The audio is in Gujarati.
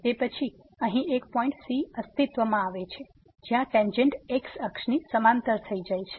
તે પછી અહીં એક પોઈંટ c અસ્તિત્વમાં છે જ્યાં ટેંન્જેટ x અક્ષની સમાંતર છે